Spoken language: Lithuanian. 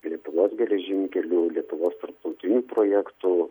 lietuvos geležinkelių lietuvos tarptautinių projektų